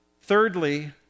Thirdly